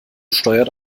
steuert